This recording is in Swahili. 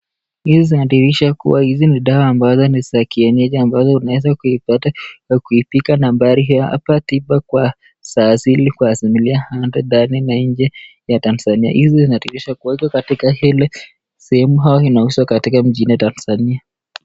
Hizi zinadhirisha hizi ni dawa ambazo ni za kienyeji ambazo unaweza kuipata kwa kuipiga nambari hii hapa tiba kwa za asili kwa asimilia ndani na nje ya tanzania, hizi zinatuonyesha kuwa kuwekwa katika sehemu hili au zinauzwa katika mjini tanzania.